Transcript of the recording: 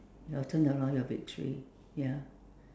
your turnaround your victory ya